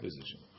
position